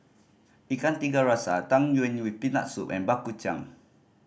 Ikan Tiga Rasa Tang Yuen with Peanut Soup and baku chang